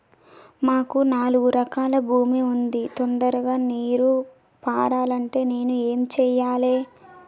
మాకు నాలుగు ఎకరాల భూమి ఉంది, తొందరగా నీరు పారాలంటే నేను ఏం చెయ్యాలే?